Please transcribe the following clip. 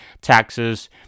Taxes